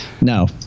No